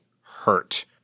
hurt